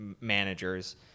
managers